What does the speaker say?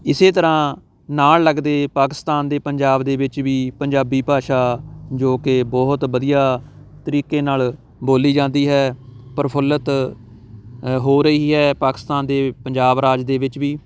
ਇਸੇ ਤਰ੍ਹਾਂ ਨਾਲ ਲੱਗਦੇ ਪਾਕਿਸਤਾਨ ਦੇ ਪੰਜਾਬ ਦੇ ਵਿੱਚ ਵੀ ਪੰਜਾਬੀ ਭਾਸ਼ਾ ਜੋ ਕਿ ਬਹੁਤ ਵਧੀਆ ਤਰੀਕੇ ਨਾਲ ਬੋਲੀ ਜਾਂਦੀ ਹੈ ਪ੍ਰਫੁੱਲਤ ਅ ਹੋ ਰਹੀ ਹੈ ਪਾਕਿਸਤਾਨ ਦੇ ਪੰਜਾਬ ਰਾਜ ਦੇ ਵਿੱਚ ਵੀ